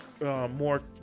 more